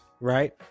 right